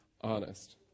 honest